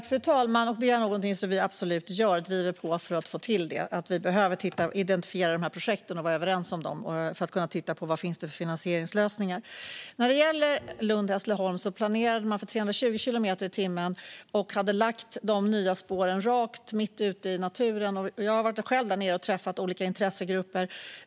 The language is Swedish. Fru talman! Vi driver absolut på för att få till detta. Vi behöver identifiera dessa projekt och vara överens om dem för att kunna se vilka finansieringslösningar som finns. När det gäller Lund-Hässleholm planerade man för 320 kilometer i timmen och hade lagt de nya spåren rakt, mitt ute i naturen. Jag har själv varit där nere och träffat olika intressegrupper.